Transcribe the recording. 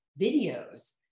videos